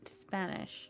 spanish